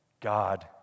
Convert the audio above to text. God